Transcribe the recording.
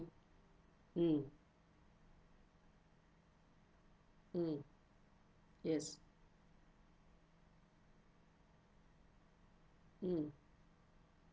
mm mm yes mm